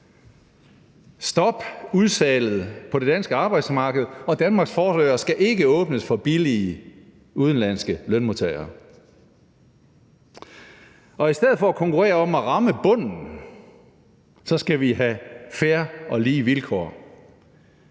Stop udsalget på det danske arbejdsmarked – Danmarks fordør skal ikke åbnes for billige udenlandske lønmodtagere. I stedet for at konkurrere om at ramme bunden, skal vi have fair og lige vilkår.